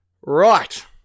right